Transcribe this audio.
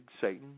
Satan